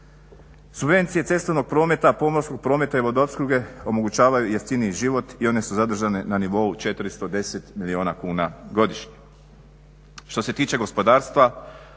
Subvencije cestovnog prometa, pomorskog prometa i vodoopskrbe omogućavaju jeftiniji život i one su zadržane na nivou 410 milijuna kuna godišnje. Što se tiče gospodarstva